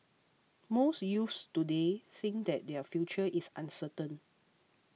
most youths today think that their future is uncertain